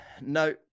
No